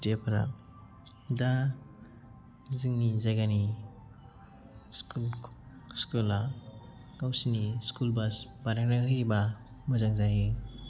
खुदियाफोरा दा जोंनि जायगानि स्कुल स्कुला गावसिनि स्कुल बास बानायनानै होयोब्ला मोजां जायो